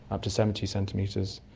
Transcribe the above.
up to seventy centimetres.